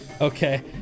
Okay